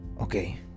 Okay